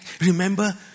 Remember